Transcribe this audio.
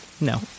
no